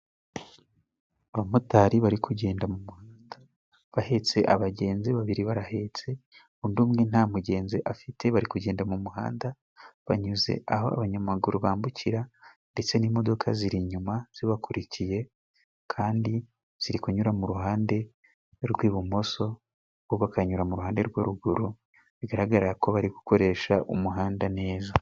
Abamotari bari kugenda mu muhanda bahetse abagenzi. Babiri barahetse undi umwe nta mugenzi afite, bari kugenda mu muhanda banyuze aho abanyamaguru bambukira ndetse n'imodoka ziri inyuma zibakurikiye kandi ziri kunyura mu ruhande rw'ibumoso bo bakanyura mu ruhande rw'uruguru, bigaragara ko bari gukoresha umuhanda neza